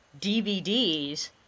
DVDs